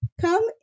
come